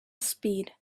speed